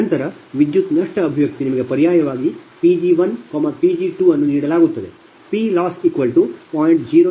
ನಂತರ ವಿದ್ಯುತ್ ನಷ್ಟ ಅಭಿವ್ಯಕ್ತಿ ನಿಮಗೆ ಪರ್ಯಾಯವಾಗಿ Pg1 Pg2 ಅನ್ನು ನೀಡಲಾಗುತ್ತದೆ PLoss0